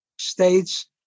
states